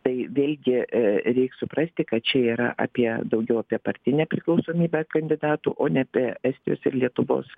tai vėlgi reik suprasti kad čia yra apie daugiau apie partinę priklausomybę kandidatų o ne apie estijos ir lietuvos